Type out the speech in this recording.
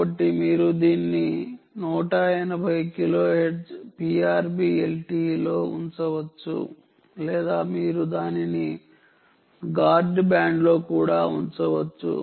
కాబట్టి మీరు దీన్ని 180 కిలోహెర్ట్జ్ PRB LTE లో ఉంచవచ్చు లేదా మీరు దానిని గార్డ్ బ్యాండ్లో కూడా ఉంచవచ్చు